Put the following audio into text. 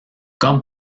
comme